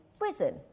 risen